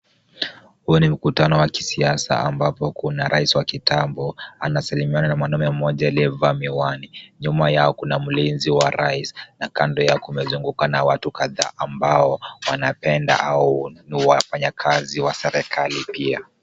Huu ni mkutano wa kisiasa ambapo kuna rais wa kitambo, anasalimiana na mwanaume mmoja aliyevaa miwani. Nyuma yao kuna mlinzi wa rais na kando yao kumezungukwa na watu kadhaa ambao wanapenda au ni wafanyakazi wa serikali pia.